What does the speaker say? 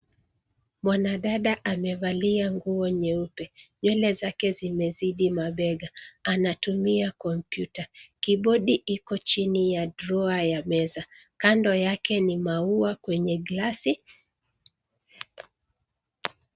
Mwanadada amevalia nguo nyeupe. Nywele zake zimezidi mabega. Anatumia kompyuta. Kibodi iko chini ya droo ya meza. Kando yake ni maua kwenye (cs)glass(cs).